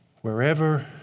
wherever